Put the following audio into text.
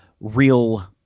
real